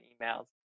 emails